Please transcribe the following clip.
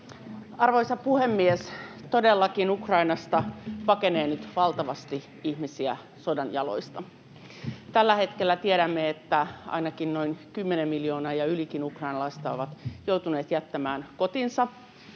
Arvoisa puhemies! Todellakin Ukrainasta pakenee nyt valtavasti ihmisiä sodan jaloista. Tällä hetkellä tiedämme, että ainakin noin kymmenen miljoonaa ukrainalaista ja ylikin on joutunut jättämään kotinsa.